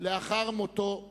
לאחר מותו,